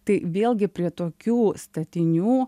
tai vėlgi prie tokių statinių